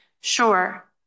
Sure